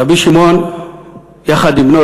רבי שמעון יחד עם בנו,